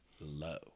low